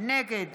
נגד